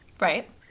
Right